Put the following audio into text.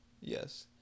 yes